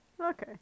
Okay